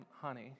Honey